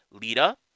Lita